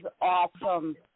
awesome